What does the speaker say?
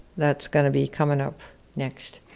that's gonna be coming up next.